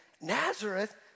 Nazareth